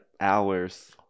hours